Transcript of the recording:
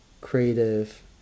creative